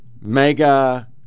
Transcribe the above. Mega